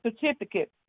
certificate